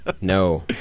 no